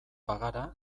bagara